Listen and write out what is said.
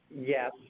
Yes